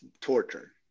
torture